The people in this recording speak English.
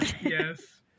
Yes